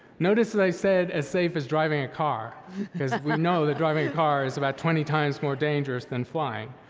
notice that i said, as safe as driving a car, cause we know that driving a car is about twenty times more dangerous than flying.